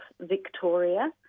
Victoria